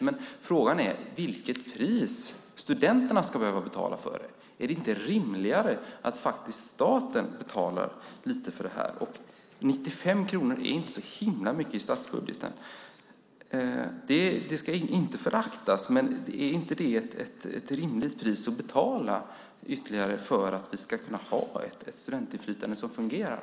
Men frågan är: Vilket pris ska studenterna behöva betala för det? Är det inte rimligare att staten betalar lite för det här? 95 miljoner kronor är inte så mycket i statsbudgeten. Det ska inte föraktas. Men är inte det ett rimligt pris att betala ytterligare för att vi ska kunna ha ett studentinflytande som fungerar?